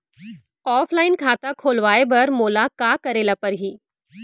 Offline खाता खोलवाय बर मोला का करे ल परही?